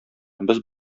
без